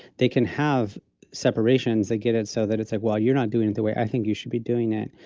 they can have separations, they get it so that it's like, well, you're not doing it the way i think you should be doing it,